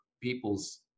people's